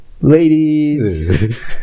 ladies